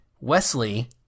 Wesley